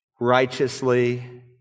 righteously